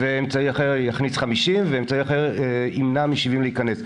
אמצעי אחר יכניס 50 ואמצעי אחר ימנע מ-70 להיכנס.